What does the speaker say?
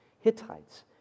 Hittites